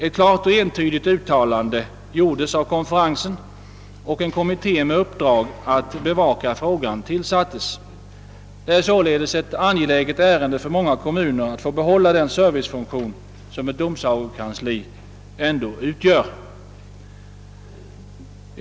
Ett klart och entydigt uttalande gjordes av konferensen, och en kommitté med uppdrag att bevaka frågan tillsattes. Det är således angeläget för många kommuner att få behålla den servicefunktion som ett domsagokansli ändå har.